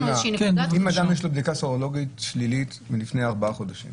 אם אדם יש לו בדיקה סרולוגית שלילית מלפני ארבעה חודשים